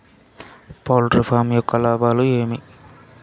poultry farm యొక్క లాభాలు ఏమి